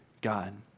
God